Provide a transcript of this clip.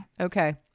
Okay